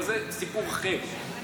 אבל זה סיפור אחר,